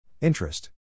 Interest